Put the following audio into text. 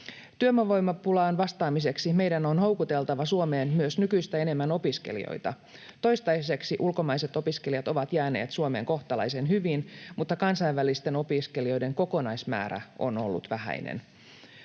Työvoimapulaan vastaamiseksi meidän on houkuteltava Suomeen myös nykyistä enemmän opiskelijoita. Toistaiseksi ulkomaiset opiskelijat ovat jääneet Suomeen kohtalaisen hyvin, mutta kansainvälisten opiskelijoiden kokonaismäärä on ollut vähäinen.